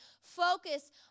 Focus